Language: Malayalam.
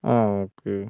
ആ ഓക്കെ